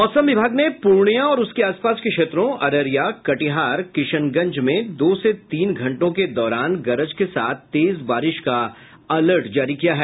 मौसम विभाग ने पूर्णिया और उसके आसपास के क्षेत्रों अररिया कटिहार किशनगंज में दो से तीन घंटों के दौरान गरज के साथ तेज बारिश का अलर्ट जारी किया है